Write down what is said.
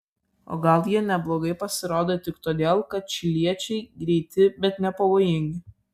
o gal jie neblogai pasirodė tik todėl kad čiliečiai greiti bet nepavojingi